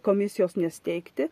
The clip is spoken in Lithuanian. komisijos nesteigti